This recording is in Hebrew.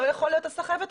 לא יכול להיות הסחבת הזאת.